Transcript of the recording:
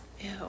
Ew